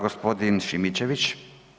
Gospodin Šimičević.